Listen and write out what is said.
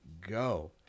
go